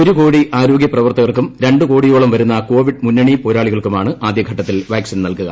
ഒരു കോടി ആരോഗ്യപ്രവർത്ത്കൂർക്കും രണ്ട് കോടിയോളം വരുന്ന കോവിഡ് മുന്നണി ക്യപ്പോരാളികൾക്കുമാണ് ആദ്യഘട്ടത്തിൽ വാക്സിൻ നല്കുക